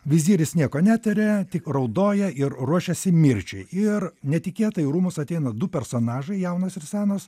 viziris nieko netiria tik raudoja ir ruošiasi mirčiai ir netikėtai į rūmus ateina du personažai jaunas ir senas